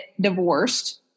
divorced